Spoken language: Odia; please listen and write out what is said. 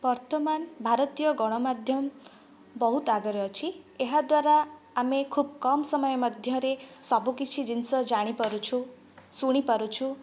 ବର୍ତ୍ତମାନ ଭାରତୀୟ ଗଣ ମାଧ୍ୟମ ବହୁତ ଆଗରେ ଅଛି ଏହା ଦ୍ୱାରା ଆମେ ଖୁବ୍ କମ ସମୟ ମଧ୍ୟରେ ସବୁ କିଛି ଜିନିଷ ଜାଣି ପାରୁଛୁ ଶୁଣି ପାରୁଛୁ